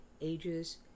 ages